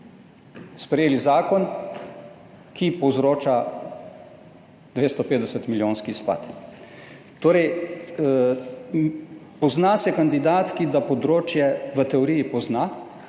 sprejeli zakon, ki povzroča 250 milijonski izpad. Torej, pozna se kandidatki, da področje v teoriji pozna.